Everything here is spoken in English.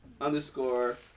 underscore